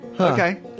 Okay